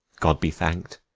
god be thank'd,